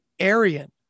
aryan